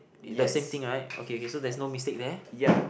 the same thing right okay okay so there's no mistake there